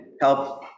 help